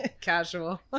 Casual